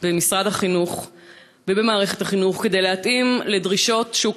במערכת החינוך כדי להתאים לדרישות שוק